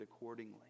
accordingly